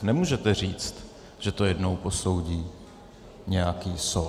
Nemůžete říct, že to jednou posoudí nějaký soud.